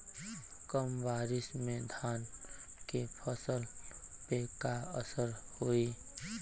कम बारिश में धान के फसल पे का असर होई?